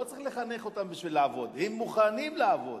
לא צריך לחנך אותם לעבוד, הם מוכנים לעבוד